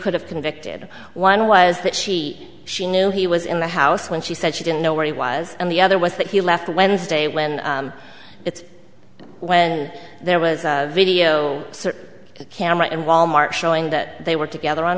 could have convicted one was that she she knew he was in the house when she said she didn't know where he was and the other was that he left wednesday when it's when there was a video camera and wal mart showing that they were together on